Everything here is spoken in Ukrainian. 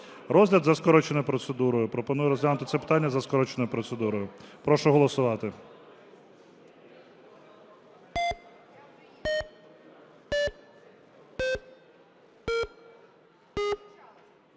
Розгляд за скороченою процедурою. Пропоную розглянути це питання за скороченою процедурою. Прошу голосувати.